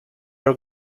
are